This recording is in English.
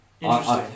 Interesting